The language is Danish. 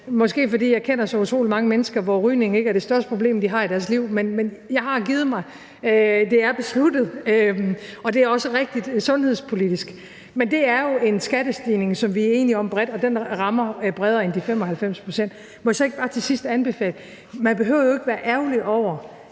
måske fordi jeg kender så utrolig mange mennesker, hvor rygning ikke er det største problem, de har i deres liv. Men jeg har givet mig. Det er besluttet, og det er også rigtigt sundhedspolitisk. Men det er jo en skattestigning, som vi bredt er enige om, og den rammer bredere end de 95 pct. Må jeg så ikke bare til sidst anbefale: Man behøver jo ikke at være ærgerlig over,